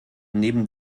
neben